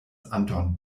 anton